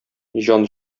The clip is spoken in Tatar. җан